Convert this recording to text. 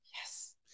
Yes